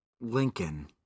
Lincoln